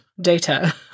data